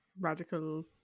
radical